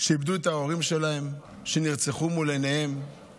שאיבדו את ההורים שלהם שנרצחו מול עיניהם